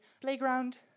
playground